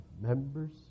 members